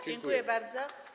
Dziękuję bardzo.